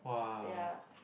ya